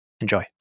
Enjoy